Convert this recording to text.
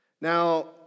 Now